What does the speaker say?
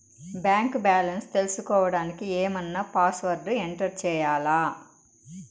Bank balance తెలుసుకోవడానికి ఏమన్నా password enter చేయాలా?